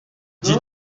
dis